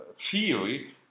theory